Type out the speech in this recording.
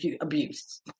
abuse